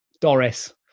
Doris